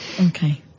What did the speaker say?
Okay